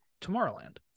tomorrowland